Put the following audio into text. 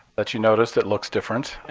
that you noticed it looks different